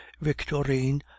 victorine